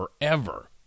forever